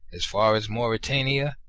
as far as mauritania,